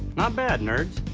not bad, nerds.